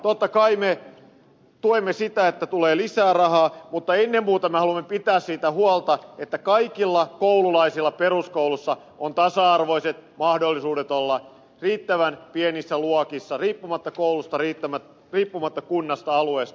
totta kai me tuemme sitä että tulee lisää rahaa mutta ennen muuta me haluamme pitää siitä huolta että kaikilla koululaisilla peruskoulussa on tasa arvoiset mahdollisuudet olla riittävän pienissä luokissa riippumatta koulusta riippumatta kunnasta alueesta